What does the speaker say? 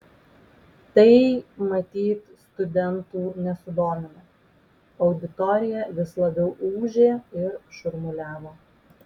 tai matyt studentų nesudomino auditorija vis labiau ūžė ir šurmuliavo